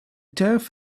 turf